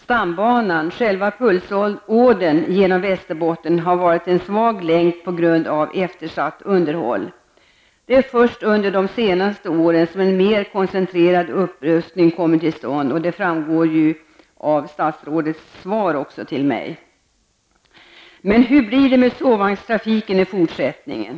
Stambanan -- själva pulsådern -- genom Västerbotten har varit en svag länk på grund av eftersatt underhåll. Det är först under de senaste åren som en mer koncentrerad upprustning kommit till stånd, och det framgår även av statsrådets svar till mig. Men hur blir det med sovvagnstrafiken i fortsättningen?